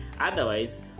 otherwise